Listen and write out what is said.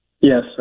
Yes